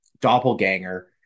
doppelganger